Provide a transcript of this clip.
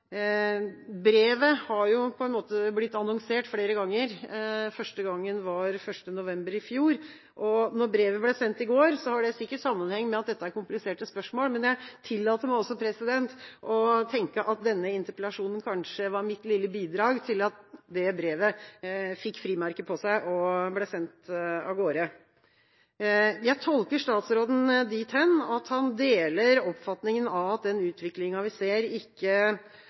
Brevet har jo på en måte blitt annonsert flere ganger. Første gangen var 1. november i fjor. Når brevet ble sendt i går, har det sikkert sammenheng med at dette er kompliserte spørsmål, men jeg tillater meg også å tenke at denne interpellasjonen kanskje var mitt lille bidrag til at det brevet fikk frimerke på seg og ble sendt av gårde. Jeg tolker statsråden dit hen at han deler den oppfatninga at den utviklinga vi ser, ikke